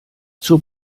zur